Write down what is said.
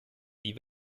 die